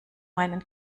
meinen